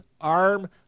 arm